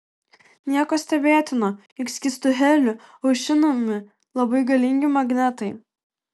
nieko stebėtino jog skystu heliu aušinami labai galingi magnetai